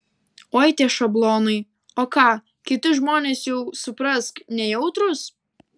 oi tie šablonai o ką kiti žmonės jau suprask nejautrūs